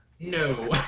No